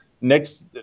next